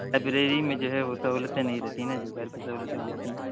library میں جو ہے وہ سہولتیں نہیں رہتی نا جو گھر پہ سہولتیں ہو جاتی ہیں